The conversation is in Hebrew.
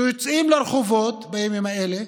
שיוצאים לרחובות בימים האלה